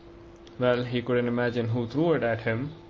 well, he couldn't imagine who threw it at him,